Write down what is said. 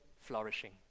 flourishing